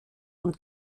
und